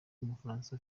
w’umufaransa